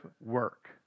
work